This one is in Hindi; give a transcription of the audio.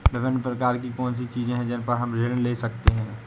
विभिन्न प्रकार की कौन सी चीजें हैं जिन पर हम ऋण ले सकते हैं?